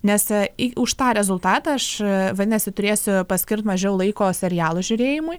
nes į už tą rezultatą aš vadinasi turėsiu paskirt mažiau laiko serialų žiūrėjimui